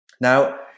Now